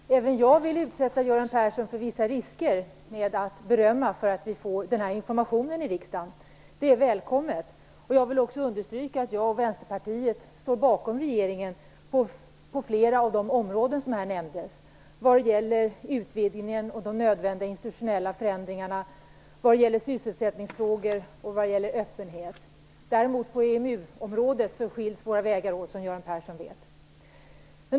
Fru talman! Även jag vill utsätta Göran Persson för vissa risker genom att ge beröm för att vi får den här informationen i riksdagen. Det är välkommet. Jag vill också understryka att jag och Vänsterpartiet står bakom regeringen på flera av de områden som här nämndes - utvidgningen och de nödvändiga institutionella förändringarna, sysselsättningsfrågorna och öppenheten. På EMU-området skiljs däremot våra vägar, som Göran Persson vet.